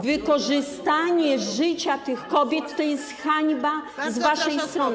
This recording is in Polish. Wykorzystanie życia tych kobiet to jest hańba z waszej strony.